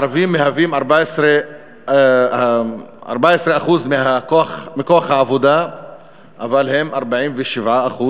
הערבים מהווים 14% מכוח העבודה אבל הם 47%